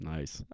Nice